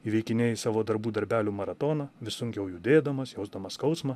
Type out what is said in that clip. įveikinėjai savo darbų darbelių maratoną vis sunkiau judėdamas jausdamas skausmą